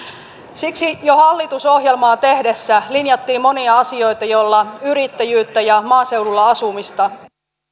siksi jo hallitusohjelmaa tehdessä linjattiin monia asioita joilla yrittäjyyttä ja maaseudulla asumista